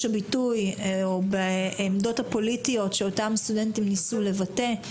הביטוי או בעמדות הפוליטיות שאותם סטודנטים ניסו לבטא,